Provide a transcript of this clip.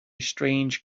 strange